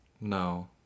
no